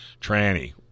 tranny